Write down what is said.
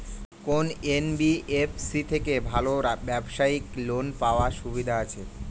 কোন এন.বি.এফ.সি থেকে ভালো ব্যবসায়িক লোন পাওয়ার সুবিধা আছে?